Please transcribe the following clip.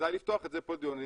כדאי לפתוח על זה פה דיון.